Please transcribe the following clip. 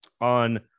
on